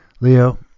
Leo